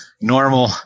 normal